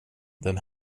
den